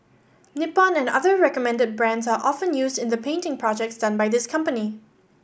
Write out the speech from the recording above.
Nippon and other recommended brands are often used in the painting projects done by this company